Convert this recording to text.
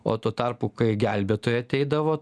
o tuo tarpu kai gelbėtojai ateidavo